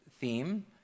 theme